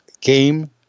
game